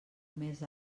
més